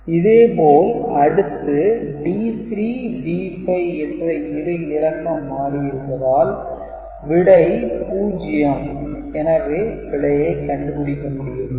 இதேபோல் அடுத்து D3 மற்றும் D5 என்ற இரு இலக்கம் மாறி இருப்பதால் விடை 0 எனவே பிழையை கண்டுபிடிக்கவில்லை